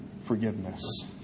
forgiveness